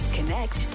Connect